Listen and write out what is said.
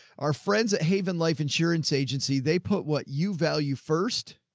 our friends at haven life insurance agency, they put what you value first.